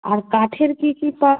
আর কাঠের কী কী পা